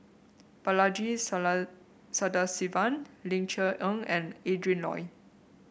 Balaji Sadasivan Ling Cher Eng and Adrin Loi